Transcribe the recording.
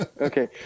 Okay